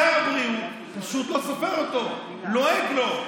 שר הבריאות פשוט לא סופר אותו, לועג לו.